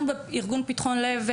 אנחנו בארגון ׳פתחון לב׳,